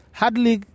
hardly